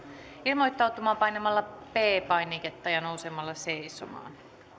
ilmoittautumaan painamalla p painiketta ja nousemalla seisomaan